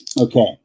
Okay